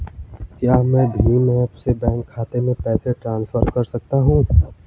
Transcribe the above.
क्या मैं भीम ऐप से बैंक खाते में पैसे ट्रांसफर कर सकता हूँ?